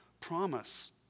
promise